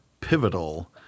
pivotal